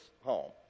home